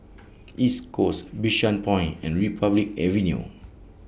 East Coast Bishan Point and Republic Avenue